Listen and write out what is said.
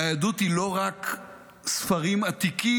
והיהדות היא לא רק ספרים עתיקים,